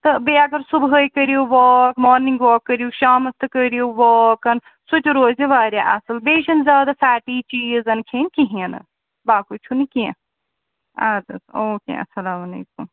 تہٕ بیٚیہِ اگر صُبحٲے کٔرہِو واک مارنِنٛگ واک کٔرِو شامَس تہِ کٔرِو واکَن سُہ تہِ روزِ واریاہ اَصٕل بیٚیہِ چھنہٕ زیادٕ فیٹی چیٖزَن کھیٚنۍ کِہیٖنٛۍ نہٕ باقٕے چھُنہٕ کیٚنٛہہ اَدٕ حظ او کے اَسَلامُ علیکُم